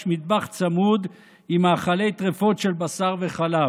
מטבח צמוד עם מאכלי טריפות של בשר וחלב,